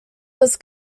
was